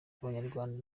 abanyarwanda